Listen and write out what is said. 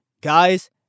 Guys